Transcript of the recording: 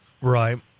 right